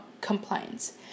compliance